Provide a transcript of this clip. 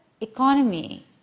economy